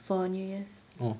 for new year's